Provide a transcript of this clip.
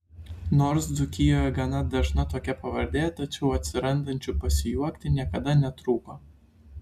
nors dzūkijoje gana dažna tokia pavardė tačiau atsirandančių pasijuokti niekada netrūko